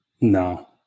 No